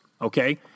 okay